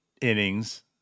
innings